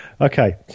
okay